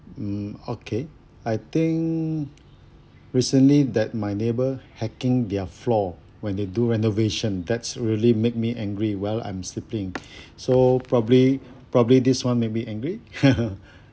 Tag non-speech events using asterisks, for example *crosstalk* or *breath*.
mm okay I think recently that my neighbour hacking their floor when they do renovation that's really make me angry while I'm sleeping *breath* so probably probably this one make me angry *laughs* *breath*